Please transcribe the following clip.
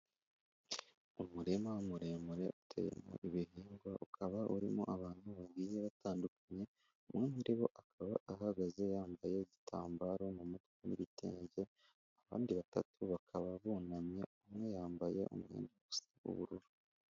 Umurima muremure uteyemo ibihingwa ukaba urimo abantu bagiye batandukanye umwe muri bo akaba ahagaze yambaye igitambaro mu mutwe n'ibitenge abandi batatu bakaba bunamye umwe yambaye umwenda usa n'ubururu.